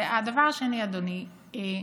הדבר השני, אדוני,